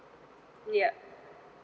ya